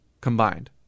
combined